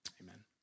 Amen